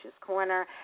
Corner